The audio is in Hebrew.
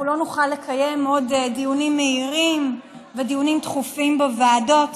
אנחנו לא נוכל לקיים עוד דיונים מהירים ודיונים דחופים בוועדות.